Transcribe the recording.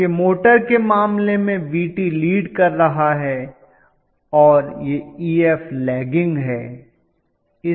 जबकि मोटर के मामले में Vt लीड कर रहा है और यह Ef लैगिंग है